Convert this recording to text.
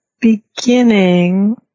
beginning